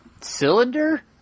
cylinder